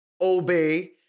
obey